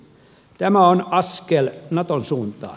tämä on askel naton suuntaan